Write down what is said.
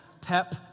pep